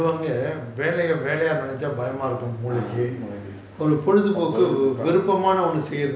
ah மூளைக்கு பொழுதுபோக்கா:moolaikku poluthupoka